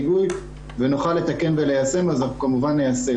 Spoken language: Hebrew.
ועדת ההיגוי ונוכל לתקן וליישם אז כמובן שנעשה.